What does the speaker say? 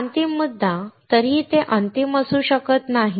आता अंतिम मुद्दा तरीही ते अंतिम असू शकत नाही